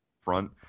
front